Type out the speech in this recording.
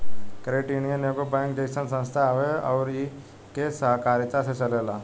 credit union एगो bank जइसन संस्था हवे अउर इ के सहकारिता से चलेला